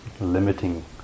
limiting